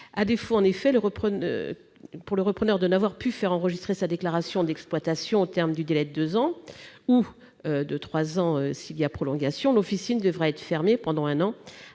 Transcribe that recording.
À défaut pour le repreneur de n'avoir pu faire enregistrer sa déclaration d'exploitation au terme du délai de deux ans, ou de trois ans en cas de prolongation, l'officine devra être fermée pendant un an